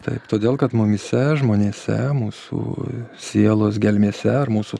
taip todėl kad mumyse žmonėse mūsų sielos gelmėse ar mūsų